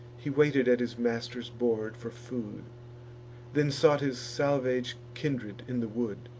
he waited at his master's board for food then sought his salvage kindred in the wood,